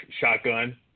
shotgun